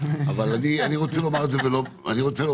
תהיה